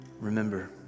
Remember